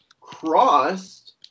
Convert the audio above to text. crossed